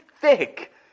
thick